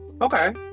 Okay